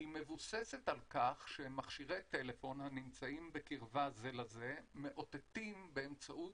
היא מבוססת על כך שמכשירי טלפון הנמצאים בקרבה זה לזה מאותתים באמצעות,